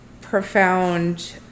profound